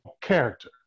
character